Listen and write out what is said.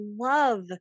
love